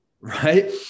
right